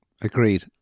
agreed